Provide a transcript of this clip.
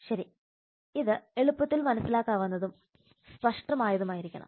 ശരി ഇത് എളുപ്പത്തിൽ മനസ്സിലാക്കാവുന്നതും സ്പഷ്ടമായതുമായിരിക്കണം